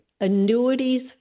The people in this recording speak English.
Annuities